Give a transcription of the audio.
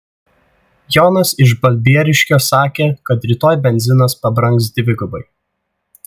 jonas iš balbieriškio sakė kad rytoj benzinas pabrangs dvigubai